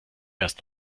erst